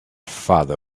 farther